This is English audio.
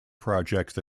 project